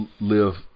live